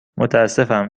متأسفم